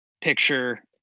picture